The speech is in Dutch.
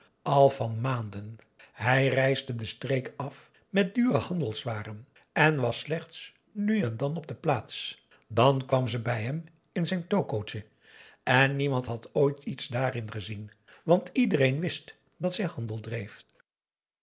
al van maanden hij reisde de streek af met dure handelswaren en was slechts nu en dan op de plaats dan kwam ze bij hem in z'n tokootje en niemand had ooit iets daarin gezien want iedereen wist dat zij handel dreef